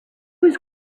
was